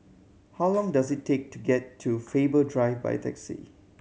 how long does it take to get to Faber Drive by taxi